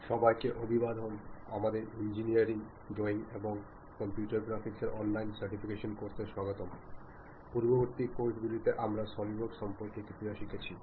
മുമ്പത്തെ മൊഡ്യൂളുകളിൽ സോഫ്റ്റ് സ്കിൽസിനെ കുറിച്ചും ജീവിതത്തിലും ബിസിനസ്സിലും അതിന്റെ പ്രാധാന്യത്തെക്കുറിച്ചും നിങ്ങൾ പഠിച്ചു